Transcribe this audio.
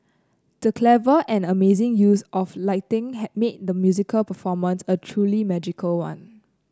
the clever and amazing use of lighting had made the musical performance a truly magical one